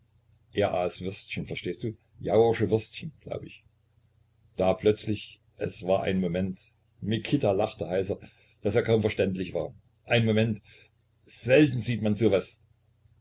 aß würstchen verstehst du jauersche würstchen glaub ich da plötzlich es war ein moment mikita lachte heiser daß er kaum verständlich war ein moment selten sieht man so was